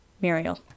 Muriel